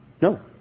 No